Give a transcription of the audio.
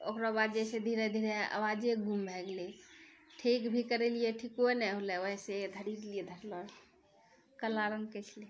ओकराबाद जे छै धीरे धीरे आवाजे गुम भए गेलै ठीक भी करेलियै ठीको नहि होलै वैसे धरी देलियै धरो रहलै काला रङ्गके छलै